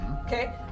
Okay